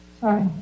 sorry